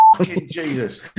Jesus